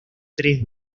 tres